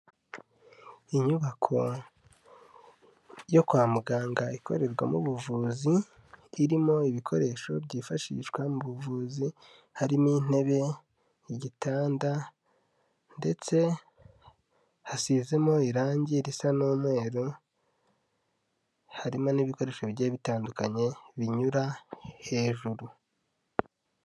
Inyubako yo kwa muganga ikorerwamo ubuvuzi irimo ibikoresho byifashishwa mu buvuzi harimo intebe, igitanda, ndetse hasizemo irangi risa n'umweru, harimo n'ibikoresho bigiye bitandukanye binyura hejuru.